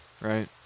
right